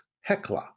Hecla